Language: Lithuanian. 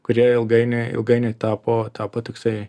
kurie ilgainiui ilgainiui tapo tapo toksai